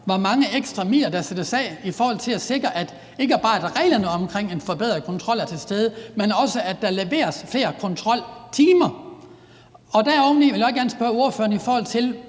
hvor mange ekstra midler der sættes af, ikke bare i forhold til at sikre, at reglerne omkring en forbedret kontrol er til stede, men at der også leveres flere kontroltimer. Derudover vil jeg også gerne spørge ordføreren i forhold til